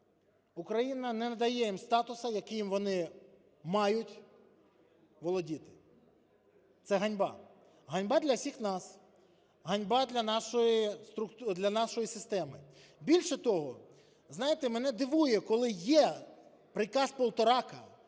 Україна не надає їм статусу, яким вони мають володіти. Це ганьба, ганьба для всіх нас, ганьба для нашої системи. Більше того, знаєте, мене дивує, коли є приказ Полторака,